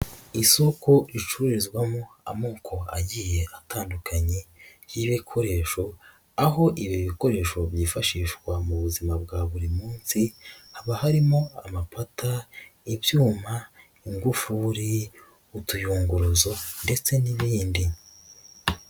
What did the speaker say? Isoko ricururizwamo amoko agiye atandukanye y'ibikoresho aho ibi bikoresho byifashishwa mu buzima bwa buri munsi, haba harimo amapata, ibyuma, ingufuri, utuyunguruzo ndetse n'ibindi.